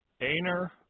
Aner